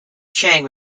chang